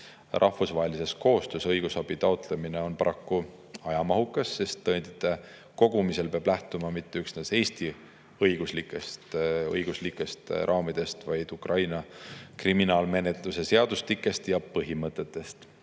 Rahvusvahelises koostöös õigusabi taotlemine on paraku ajamahukas, sest tõendite kogumisel peab lähtuma mitte üksnes Eesti õiguslikest raamidest, vaid Ukraina kriminaalmenetluse seadustikust ja põhimõtetest.